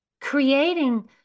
creating